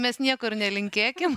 mes nieko ir nelinkėkim